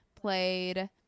played